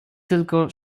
tylko